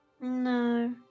No